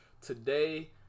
Today